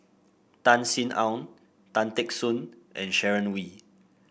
Tan Sin Aun Tan Teck Soon and Sharon Wee